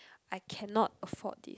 I cannot afford this